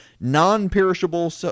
non-perishable